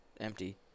empty